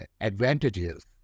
advantages